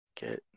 get